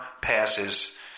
passes